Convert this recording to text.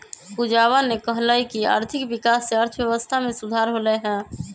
पूजावा ने कहल कई की आर्थिक विकास से अर्थव्यवस्था में सुधार होलय है